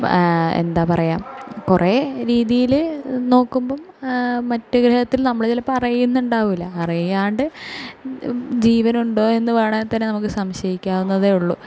എന്താ പറയാ കുറെ രീതിയിൽ നോക്കുമ്പം മറ്റ് ഗ്രഹത്തിൽ നമ്മളെ ഇതിൽ അറിയുന്നുണ്ടാവില്ല അറിയാണ്ട് ജീവനുണ്ടോ എന്ന് വേണമെങ്കിൽ നമുക്ക് സംശയിക്കാവുന്നതെ ഉള്ളു